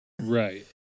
right